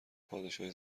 پادشاهی